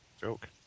Joke